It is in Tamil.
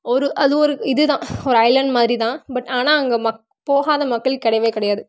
ஒரு அது ஒரு இதுதான் ஒரு ஐலேண்ட் மாதிரிதான் பட் ஆனால் மக் அங்கே போகாத மக்கள் கிடையவே கிடையாது